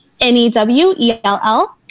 N-E-W-E-L-L